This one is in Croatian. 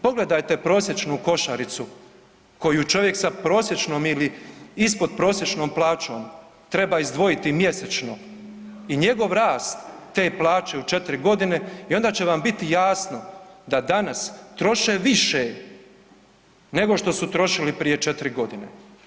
Pogledajte prosječnu košaricu koju čovjek sa prosječnom ili ispod prosječnom plaćom treba izdvojiti mjesečno i njegov rast te plaće u četiri godine i onda će vam biti jasno da danas troše više nego što su trošili prije četiri godine.